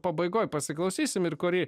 pabaigoj pasiklausysim ir kurį